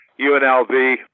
UNLV